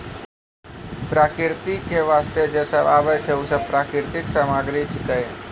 प्रकृति क वास्ते जे सब आबै छै, उ सब प्राकृतिक सामग्री छिकै